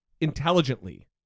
intelligently